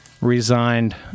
resigned